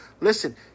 Listen